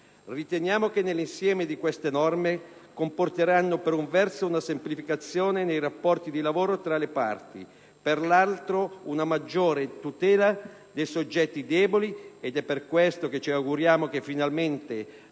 Riteniamo che nell'insieme queste norme comporteranno, da una parte, una semplificazione dei rapporti di lavoro tra le parti, dall'altra, una maggior tutela dei soggetti deboli. È per questo che ci auguriamo che finalmente,